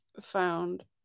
found